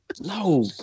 No